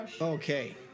Okay